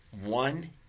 one